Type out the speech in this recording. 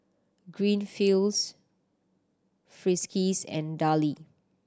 Greenfields Friskies and Darlie